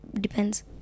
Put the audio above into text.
Depends